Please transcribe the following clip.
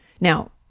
Now